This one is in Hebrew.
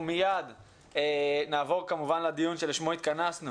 אנחנו מייד נעבור כמובן לדיון שלשמו התכנסנו